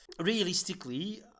Realistically